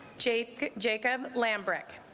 jake jacob lambic